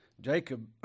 Jacob